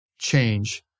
change